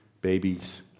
babies